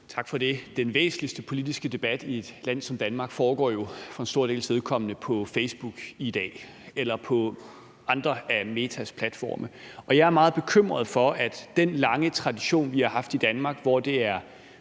Tak for det. Den væsentligste politiske debat i et land som Danmark foregår jo for en stor dels vedkommende på Facebook eller på andre af Metas platforme i dag, og jeg er meget bekymret for, at den lange tradition, vi har haft i Danmark, hvor det er